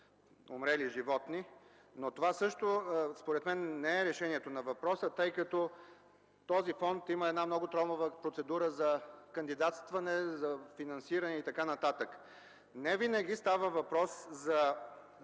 умрели животни. Според мен това не е решение на въпроса, тъй като този фонд има много тромава процедура за кандидатстване, финансиране и така нататък. Не винаги става въпрос за